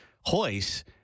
Hoist